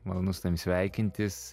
malonu su tavim sveikintis